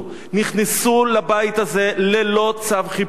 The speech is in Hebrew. נכנסו לבית הזה ללא צו חיפוש,